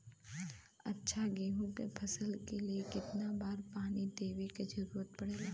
अच्छा गेहूँ क फसल के लिए कितना बार पानी देवे क जरूरत पड़ेला?